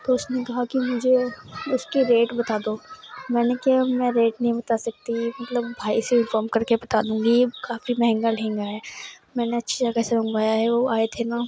تو اس نے کہا کہ مجھے اس کے ریٹ بتا دو میں نے کیا میں ریٹ نہیں بتا سکتی مطلب بھائی سے انفارم کر کے بتا دوں گی یہ کافی مہنگا لہنگا ہے میں نے اچھی جگہ سے منگوایا ہے وہ آئے تھے نا